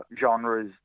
genres